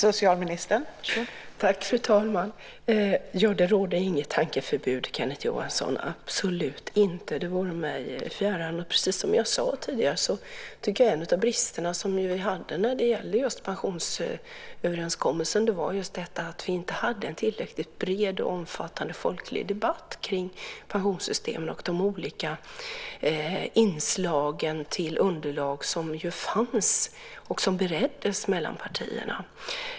Fru talman! Det råder inget tankeförbud, Kenneth Johansson, absolut inte. Det vore mig fjärran. Precis som jag sade tidigare tycker jag att en av bristerna vi hade när det gäller just pensionsöverenskommelsen var att vi inte hade en tillräckligt bred och omfattande folklig debatt om pensionssystemen och de olika inslagen till underlag som ju fanns och som bereddes mellan partierna.